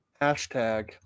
hashtag